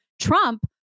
Trump